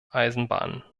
eisenbahnen